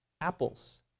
apples